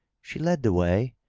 she led the way,